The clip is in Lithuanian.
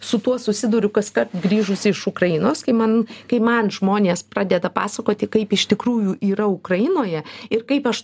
su tuo susiduriu kaskart grįžusi iš ukrainos kai man kai man žmonės pradeda pasakoti kaip iš tikrųjų yra ukrainoje ir kaip aš